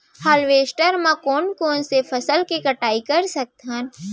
Harvester म कोन कोन से फसल के कटाई कर सकथन?